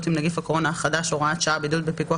עם נגיף הקורונה החדש (הוראת שעה) (בידוד בפיקוח